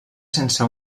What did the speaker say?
sense